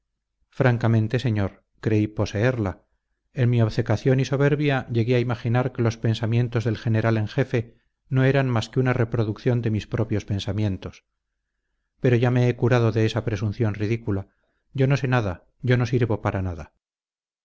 francamente señor creí poseerla en mi obcecación y soberbia llegué a imaginar que los pensamientos del general en jefe no eran más que una reproducción de mis propios pensamientos pero ya me he curado de esa presunción ridícula yo no sé nada yo no sirvo para nada